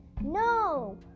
No